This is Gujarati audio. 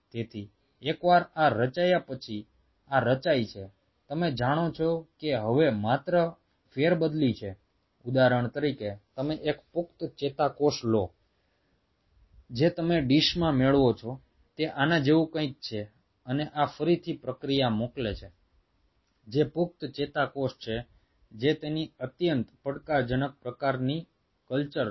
તેથી એકવાર આ રચાયા પછી આ રચાય છે તમે જાણો છો કે હવે માત્ર ફેરબદલી છે ઉદાહરણ તરીકે તમે એક પુખ્ત ચેતાકોષ લો છો જે તમે ડીશમાં મેળવો છો તે આના જેવું કંઈક છે અને આ ફરીથી પ્રક્રિયા મોકલે છે જે પુખ્ત ચેતાકોષ છે જે તેની અત્યંત પડકારજનક પ્રકારની કલ્ચર છે